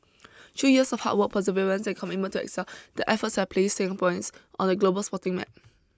through years of hard work perseverance and commitment to excel their efforts have placed Singaporeans on the global sporting map